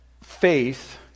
faith